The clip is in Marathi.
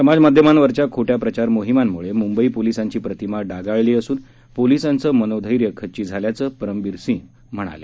समाज माध्यमांवरच्या या खोट्या प्रचार मोहिमेमुळे मुंबई पोलिसांची प्रतिमा डागाळली असून पोलिसांचं मनोधैर्य खच्ची झाल्याचं परमबीरसिंह यांनी सांगितलं